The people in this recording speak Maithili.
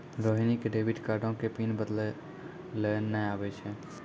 रोहिणी क डेबिट कार्डो के पिन बदलै लेय नै आबै छै